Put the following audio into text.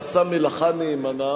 ועשה מלאכה נאמנה.